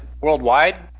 Worldwide